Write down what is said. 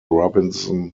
robinson